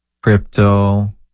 crypto